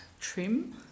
trim